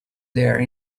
there